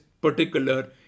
particular